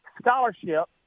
scholarship